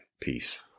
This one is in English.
Peace